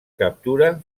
captura